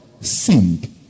Sink